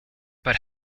but